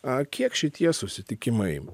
a kiek šitie susitikimai